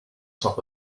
top